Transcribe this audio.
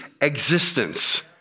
existence